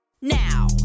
Now